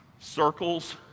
circles